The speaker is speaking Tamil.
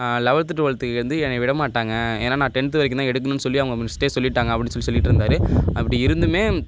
லெவல்த்து டுவல்த்துக்கு வந்து என்னையை விட மாட்டாங்க ஏன்னா நான் டென்த்து வரைக்கும் தான் எடுக்கணுன்னு சொல்லி அவங்க மிஸ்ட்டே சொல்லிவிட்டாங்க அப்படின் சொல்லி சொல்லிட்டுருந்தாரு அப்படி இருந்துமே